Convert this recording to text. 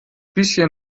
bisschen